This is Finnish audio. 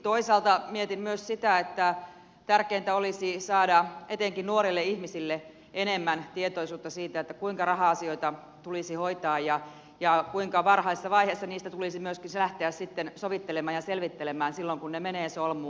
toisaalta mietin myös sitä että tärkeintä olisi saada etenkin nuorille ihmisille enemmän tietoisuutta siitä kuinka raha asioita tulisi hoitaa ja kuinka varhaisessa vaiheessa niitä tulisi myöskin lähteä sitten sovittelemaan ja selvittelemään silloin kun ne menevät solmuun